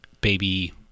baby